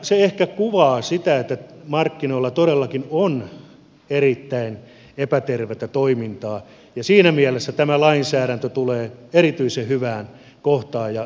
se ehkä kuvaa sitä että markkinoilla todellakin on erittäin epätervettä toimintaa ja siinä mielessä tämä lainsäädäntö tulee erityisen hyvään kohtaan ja tarpeeseen